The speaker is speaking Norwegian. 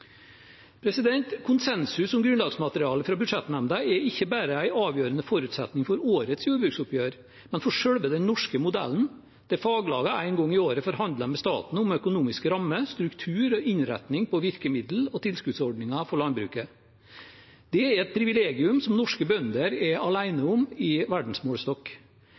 Konsensus om grunnlagsmaterialet fra budsjettnemnda er ikke bare en avgjørende forutsetning for årets jordbruksoppgjør, men for selve den norske modellen, der faglagene én gang i året forhandler med staten om økonomiske rammer, struktur og innretning på virkemidler og tilskuddsordninger for landbruket. Det er et privilegium som norske bønder er alene om i